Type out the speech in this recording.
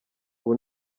ubu